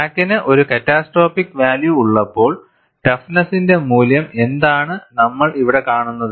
ക്രാക്കിന് ഒരു catastrophic value ഉള്ളപ്പോൾ ടഫ്നെസ്സിന്റെ മൂല്യം എന്താണ് നമ്മൾ ഇവിടെ കാണുന്നത്